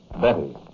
Betty